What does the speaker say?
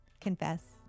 Confess